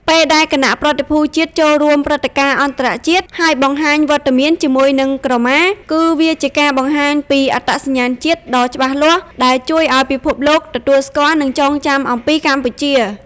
ពេលដែលគណៈប្រតិភូជាតិចូលរួមព្រឹត្តិការណ៍អន្តរជាតិ ហើយបង្ហាញវត្តមានជាមួយនឹងក្រមា គឺវាជាការបង្ហាញពី អត្តសញ្ញាណជាតិដ៏ច្បាស់លាស់ ដែលជួយឲ្យពិភពលោកទទួលស្គាល់ និងចងចាំអំពីកម្ពុជា។